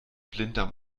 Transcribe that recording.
blinddarm